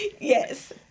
Yes